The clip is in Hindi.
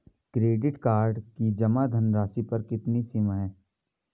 क्रेडिट कार्ड की जमा धनराशि पर कितनी सीमा है?